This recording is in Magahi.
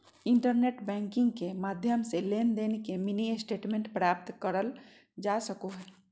इंटरनेट बैंकिंग के माध्यम से लेनदेन के मिनी स्टेटमेंट प्राप्त करल जा सको हय